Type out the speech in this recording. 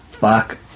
fuck